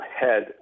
head